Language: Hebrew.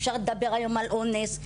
אפשר לדבר היום על אונס,